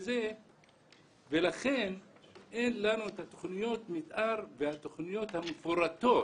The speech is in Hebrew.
ולכן אין לנו את תוכניות המתאר והתוכניות המפורטות